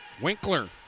Winkler